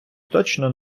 точно